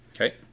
Okay